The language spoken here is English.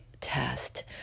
test